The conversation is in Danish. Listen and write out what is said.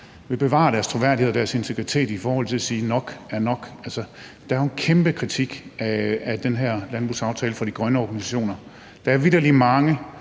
vil bevare deres troværdighed og deres integritet i forhold til at sige: Nok er nok! Der er jo en kæmpe kritik af den her landbrugsaftale fra de grønne organisationer. Der er vitterlig mange,